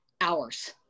hours